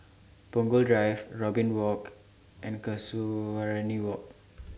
Punggol Drive Robin Walk and Casuarina Walk